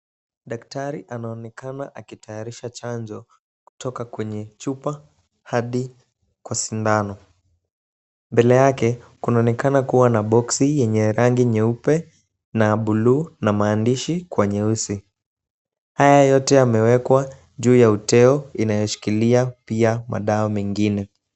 Daktari anaonekana akitayarisha chanjo kutoka kwenye chupa hadi kwa sindano. Mbele yake kunaonekana kuwa na boxi yenye rangi nyeupe na buluu na maandishi kwa nyeusi. Haya yote yamewekwa juu ya uteo inayoshikilia pia madawa mengine.